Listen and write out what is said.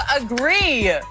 agree